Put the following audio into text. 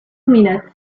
minutes